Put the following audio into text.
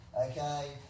okay